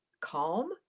calm